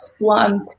Splunk